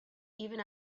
even